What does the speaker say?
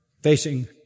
facing